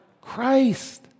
Christ